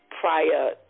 prior